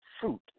fruit